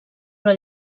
però